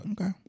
Okay